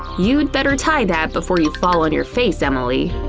you'd better tie that before you fall on your face, emily.